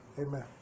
Amen